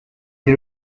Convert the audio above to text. est